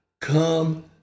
come